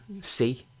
see